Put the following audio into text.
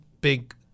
big